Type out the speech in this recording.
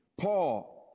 Paul